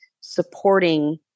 supporting